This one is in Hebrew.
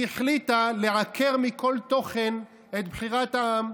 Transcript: והחליטה לעקר את בחירת העם.